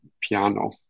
piano